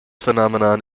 phenomenon